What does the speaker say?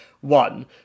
one